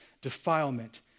defilement